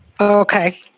Okay